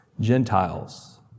Gentiles